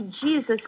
Jesus